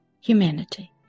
humanity